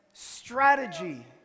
strategy